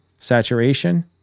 saturation